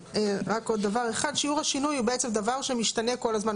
שיעור השינוי הוא בעצם דבר שמשתנה כל הזמן.